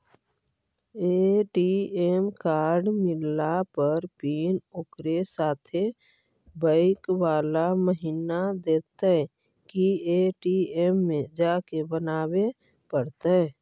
ATM card मिलला पर pin ओकरे साथे बैक बाला महिना देतै कि ए.टी.एम में जाके बना बे पड़तै?